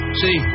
see